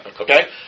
Okay